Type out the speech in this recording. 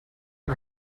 had